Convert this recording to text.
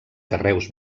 carreus